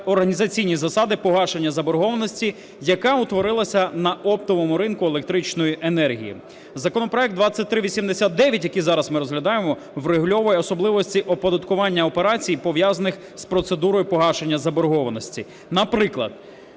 організаційні засади погашення заборгованості, яка утворилася на оптовому ринку електричної енергії. Законопроект 2389, який зараз ми розглядаємо, врегульовує особливості оподаткування операцій, пов'язаних з процедурою погашення заборгованості. Наприклад: